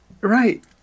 right